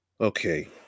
Okay